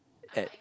at